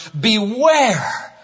Beware